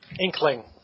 Inkling